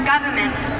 government